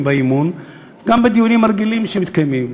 באי-אמון גם בדיונים הרגילים שמתקיימים.